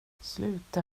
sluta